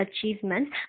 achievements